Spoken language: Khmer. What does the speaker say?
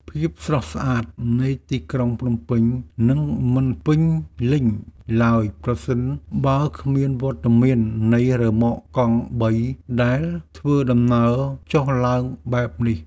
ភាពស្រស់ស្អាតនៃទីក្រុងភ្នំពេញនឹងមិនពេញលេញឡើយប្រសិនបើគ្មានវត្តមាននៃរ៉ឺម៉កកង់បីដែលធ្វើដំណើរចុះឡើងបែបនេះ។